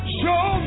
show